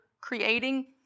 creating